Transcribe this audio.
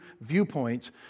viewpoints